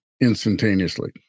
instantaneously